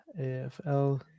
afl